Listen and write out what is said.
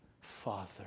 Father